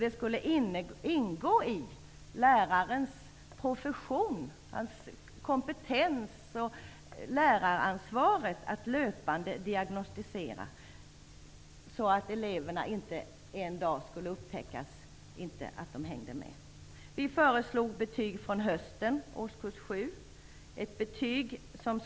Det skulle ingå i lärarens profession, kompetens och läraransvaret att löpande diagnostisera så att man inte en dag skulle upptäcka att eleverna inte hängde med. Vi föreslog betyg från hösten i årskurs 7.